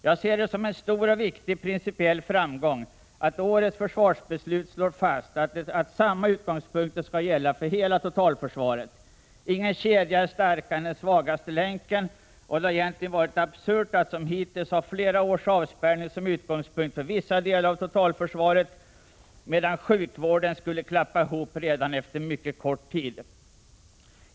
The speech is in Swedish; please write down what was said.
Jag ser det som en stor och viktig principiell framgång att årets försvarsbeslut slår fast att samma utgångspunkter skall gälla för hela totalförsvaret. Ingen kedja är starkare än den svagaste länken, och det har egentligen varit absurt att som hittills ha flera års avspärrning som utgångspunkt för vissa delar av totalförsvaret, medan sjukvården skulle klappa ihop redan efter mycket kort tid.